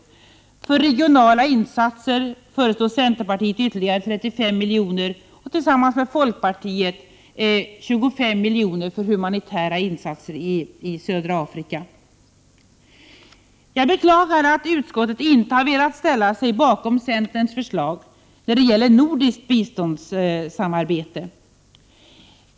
För regionala insatser föreslår vi ytterligare 35 miljoner, och tillsammans med folkpartiet föreslår vi 25 miljoner för humanitära insatser i södra Afrika. Jag beklagar att utskottet inte har velat ställa sig bakom centerns förslag när det gäller nordiskt biståndssamarbete.